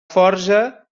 forja